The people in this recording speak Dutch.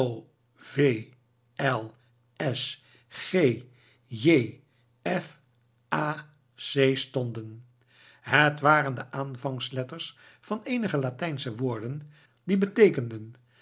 stonden het waren de aanvangletters van eenige latijnsche woorden die beteekenen